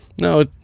No